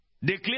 Declare